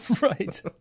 Right